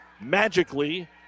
Magically